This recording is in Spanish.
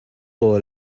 todo